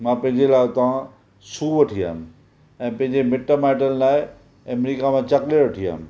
मां पंहिंजे लाइ उतां शू वठी आयुमि ऐं पंहिंजे मिटु माइटनि लाइ एमरिका खां चॉकलेट वठी आयुमि